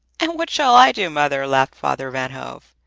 and what shall i do, mother? laughed father van hove.